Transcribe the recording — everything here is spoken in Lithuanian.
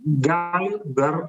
gali dar